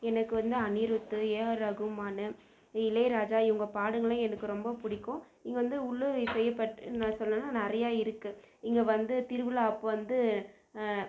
எனக்கு வந்து Anirudh A R Rahman Ilaiyaraaja இவங்க பாடல்கள்லாம் எனக்கு ரொம்ப பிடிக்கும் இது வந்து உள்ளூர் இசையை பற்றி நான் சொல்லணுன்னால் நிறைய இருக்குது இங்கே வந்து திருவிழா அப்போ வந்து